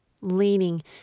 leaning